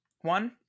one